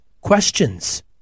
questions